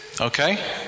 Okay